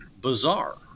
bizarre